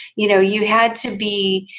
you know, you had to be,